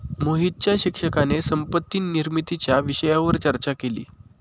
मोहितच्या शिक्षकाने संपत्ती निर्मितीच्या विषयावर चर्चा केली